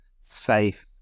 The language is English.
safe